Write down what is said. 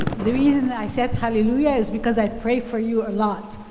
the reason that i said hallelujah is because i pray for you a lot.